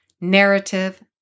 narrative